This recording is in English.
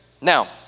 Now